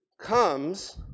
comes